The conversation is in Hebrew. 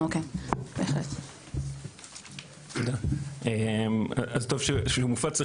אז טוב שהוא מופץ.